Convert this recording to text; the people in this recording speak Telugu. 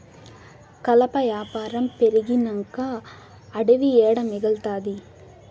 కలప యాపారం పెరిగినంక అడివి ఏడ మిగల్తాది